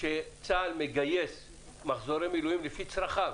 כשצה"ל מגייס מחזורי מילואים לפי צרכיו,